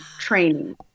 training